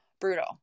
brutal